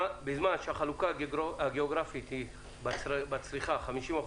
בזמן שהחלוקה הגאוגרפית בצריכה היא 50/50,